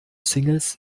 singles